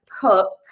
cook